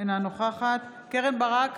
אינה נוכחת קרן ברק,